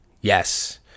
Yes